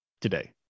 today